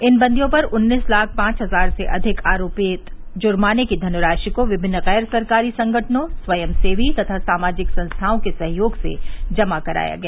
इन बंदियों पर उन्नीस लाख पांच हजार से अधिक आरोपित जुर्माने की धनराशि को विभिन्न गैर सरकारी संगठनों स्वयंसेवी तथा सामाजिक संस्थाओं के सहयोग से जमा कराया गया